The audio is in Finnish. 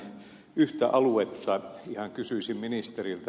yhtä aluetta ihan kysyisin ministeriltä